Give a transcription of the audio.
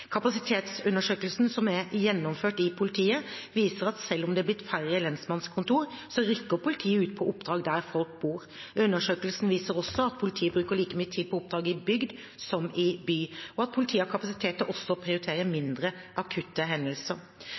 Kapasitetsundersøkelsen som er gjennomført i politiet, viser at selv om det er blitt færre lensmannskontor, rykker politiet ut på oppdrag der folk bor. Undersøkelsen viser også at politiet bruker like mye tid på oppdrag i bygd som i by, og at politiet har kapasitet til også å prioritere mindre akutte hendelser.